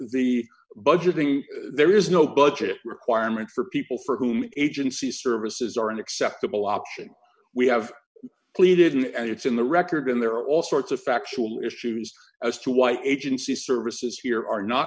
the budgeting there is no budget requirement for people for whom agency services are an acceptable option we have pleaded in and it's in the record and there are all sorts of factual issues as to why agency services here are not